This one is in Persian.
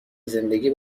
زندگی